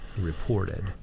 reported